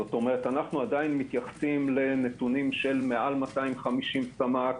כלומר אנו עדיין מתייחסים לנתונים של מעל 250 סמ"ק,